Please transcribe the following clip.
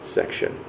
section